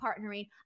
partnering